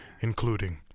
including